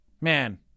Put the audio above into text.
Man